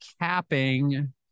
capping